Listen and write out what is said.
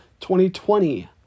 2020